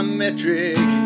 metric